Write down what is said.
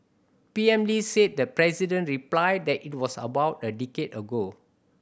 P M Lee said the president replied that it was about a decade ago